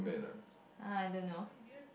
I don't know